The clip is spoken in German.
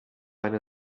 eine